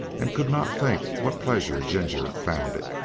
and could not think what pleasure ginger found it.